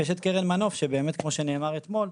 יש את קרן מנוף שבאמת כמו שנאמר אתמול,